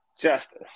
justice